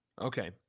Okay